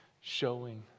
showing